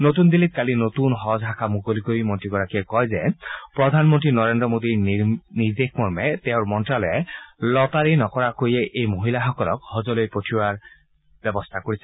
নতুন দিল্লীত আজি নতুন হজ শাখা মুকলি কৰি মন্ত্ৰীগৰাকীয়ে কয় যে প্ৰধানমন্ত্ৰী নৰেন্দ্ৰ মোডীৰ নিৰ্দেশ মৰ্মে তেওঁৰ মন্ত্ৰালয়ে লটাৰী নকৰাকৈয়ে এই মহিলাসকলক হজলৈ পঠিওৱাৰ ব্যৱস্থা কৰিছে